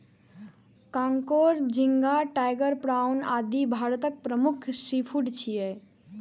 कांकोर, झींगा, tiger prawn, आदि भारतक प्रमुख सीफूड छियै